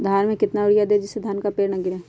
धान में कितना यूरिया दे जिससे धान का पेड़ ना गिरे?